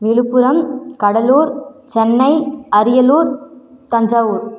Villupuram Cuddalore Chennai Ariyalur Thanjavur